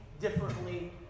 differently